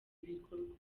bikorwa